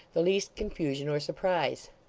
the least confusion or surprise.